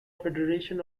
federation